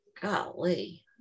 Golly